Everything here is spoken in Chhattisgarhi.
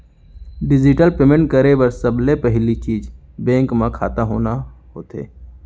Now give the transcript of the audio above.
डिजिटल पेमेंट करे बर सबले जरूरी चीज बेंक म खाता होना होथे